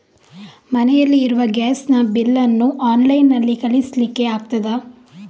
ಮನೆಯಲ್ಲಿ ಇರುವ ಗ್ಯಾಸ್ ನ ಬಿಲ್ ನ್ನು ಆನ್ಲೈನ್ ನಲ್ಲಿ ಕಳಿಸ್ಲಿಕ್ಕೆ ಆಗ್ತದಾ?